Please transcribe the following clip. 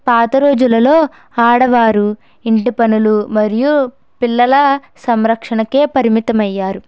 పాత రోజులలో ఆడవారు ఇంటి పనులు మరియు పిల్లల సంరక్షణకు పరిమితమయ్యారు